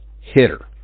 hitter